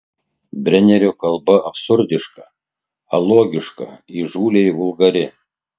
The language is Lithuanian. brenerio kalba absurdiška alogiška įžūliai vulgari